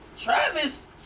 Travis